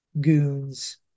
goons